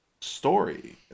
story